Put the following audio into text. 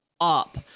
up